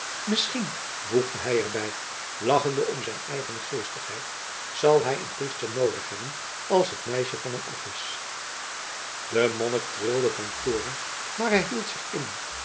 misschien voegde hij er bij lachende om zijn eigene geestigheid zal hij een priester noodig hebben als het meisje van hem af is de monnik trilde van toorn maar hij hield zich in